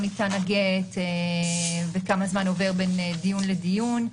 ניתן הגט וכמה זמן עובר בין דיון לדיון.